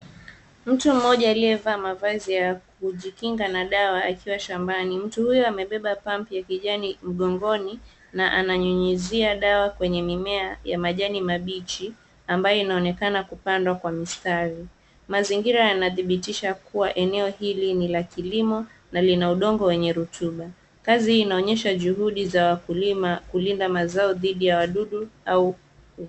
Mtu mmoja aliyevaa mavazi ya kujikinga na dawa akiwa shambani. Mtu huyo amebeba pampu ya kijani mgongoni na ananyunyuzia dawa kwenye mimea ya majani mabichi, ambayo inaonekana kupandwa kwa mistari. Mazingira yanathibitisha yakuwa eneo hili ni la kilimo na lina udongo wenye rutuba, kazi hii inaonyesha juhudi za wakulima kulinda mazingira yao dhidi ya wadudu au .